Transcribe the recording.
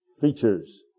features